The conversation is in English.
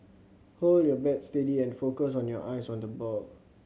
hold your bat steady and focus on your eyes on the ball